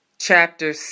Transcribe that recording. chapter